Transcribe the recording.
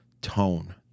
Tone